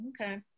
Okay